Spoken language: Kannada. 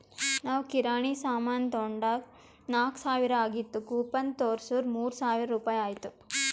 ನಾವ್ ಕಿರಾಣಿ ಸಾಮಾನ್ ತೊಂಡಾಗ್ ನಾಕ್ ಸಾವಿರ ಆಗಿತ್ತು ಕೂಪನ್ ತೋರ್ಸುರ್ ಮೂರ್ ಸಾವಿರ ರುಪಾಯಿ ಆಯ್ತು